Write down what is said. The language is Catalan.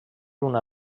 una